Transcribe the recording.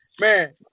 man